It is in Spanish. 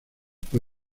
fue